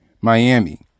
Miami